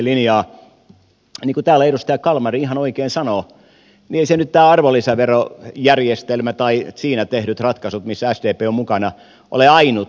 niin kuin edustaja kalmari täällä ihan oikein sanoi niin ei tämä arvonlisäverojärjestelmä tai siinä tehdyt ratkaisut missä sdp on mukana ole ainut